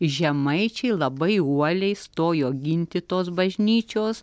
žemaičiai labai uoliai stojo ginti tos bažnyčios